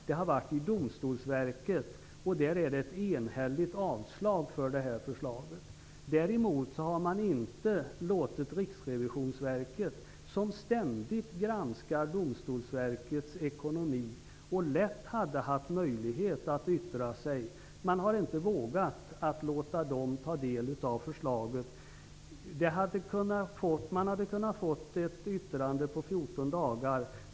Det har varit i Domstolsverket, som enhälligt avslår förslaget. Riksrevisionsverket, som ständigt granskar Domstolsverkets ekonomi och lätt hade haft möjlighet att yttra sig, har man däremot inte vågat låta ta del av förslaget. Man hade kunnat få ett yttrande på 14 dagar.